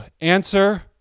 Answer